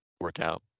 Workout